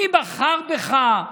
מי בחר בך?